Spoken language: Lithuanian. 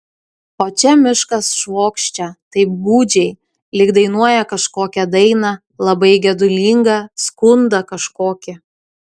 o čia miškas švokščia taip gūdžiai lyg dainuoja kažkokią dainą labai gedulingą skundą kažkokį